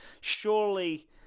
surely